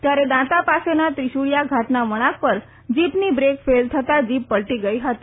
ત્યારે દાંતા પાસેના ત્રિશુળીયા ઘાટના વળાંક પર જીવની બ્રેક ફેઇલ થતા જીપ પલ્ટી ગઈ હતી